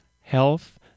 health